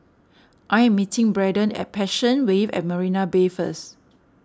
I am meeting Braden at Passion Wave at Marina Bay first